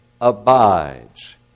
abides